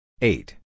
eight